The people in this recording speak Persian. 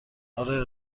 آره